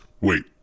wait